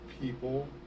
people